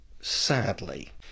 sadly